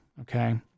Okay